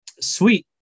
sweet